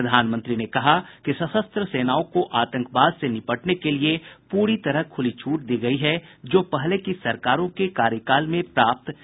प्रधानमंत्री ने कहा कि सशस्त्र सेनाओं को आतंकवाद से निपटने के लिए पूरी तरह खुली छूट दी गयी है जो पहले की सरकारों के कार्यकाल में प्राप्त नहीं थी